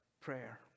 prayer